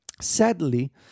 sadly